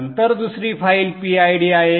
नंतर दुसरी file PID आहे